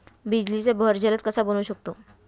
बिजलीचा बहर जलद कसा बनवू शकतो?